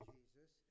Jesus